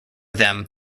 them